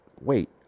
wait